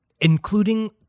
including